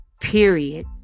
period